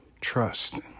trust